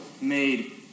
made